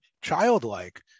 childlike